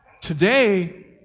today